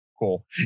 cool